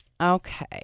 okay